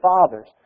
fathers